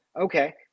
Okay